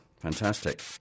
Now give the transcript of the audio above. Fantastic